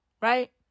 Right